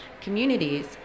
communities